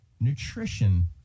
nutrition